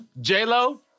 J-Lo